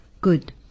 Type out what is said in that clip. Good